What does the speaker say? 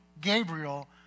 Gabriel